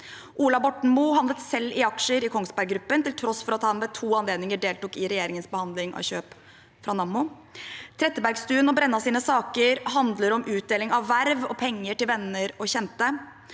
Ola Borten Moe handlet selv i aksjer i Kongsberg Gruppen, til tross for at han ved to anledninger deltok i regjeringens behandling av kjøp fra Nammo. Sakene til Trettebergstuen og Brenna handler om utdeling av verv og penger til venner og kjente.